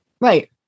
Right